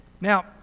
Now